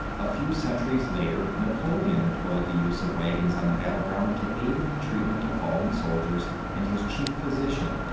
a few centuries later, napoleon employed the use of wagons on the battleground to aid in the treatment of fallen soldiers and his chief physician,